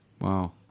Wow